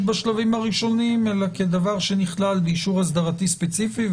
בשלבים הראשונים אלא כדבר שנכלל באישור אסדרתי ספציפי,